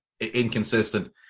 inconsistent